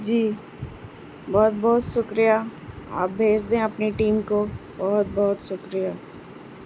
جی بہت بہت شکریہ آپ بھیج دیں اپنی ٹیم کو بہت بہت شکریہ